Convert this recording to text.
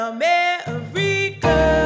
America